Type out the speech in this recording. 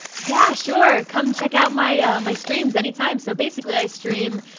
yeah, sure. come check out my, my streams anytime. so basically i stream,